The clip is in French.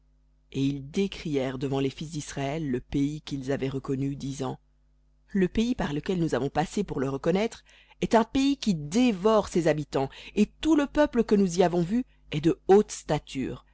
et ils décrièrent devant les fils d'israël le pays qu'ils avaient reconnu disant le pays par lequel nous avons passé pour le reconnaître est un pays qui dévore ses habitants et tout le peuple que nous y avons vu est de haute stature